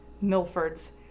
Milford's